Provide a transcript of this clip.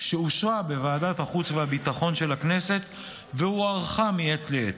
שאושרה בוועדת החוץ והביטחון של הכנסת והוארכה מעת לעת.